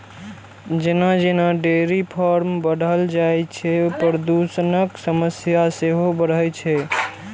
जेना जेना dairy farm बढ़ल जाइ छै, प्रदूषणक समस्या सेहो बढ़ै छै